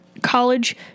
college